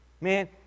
Man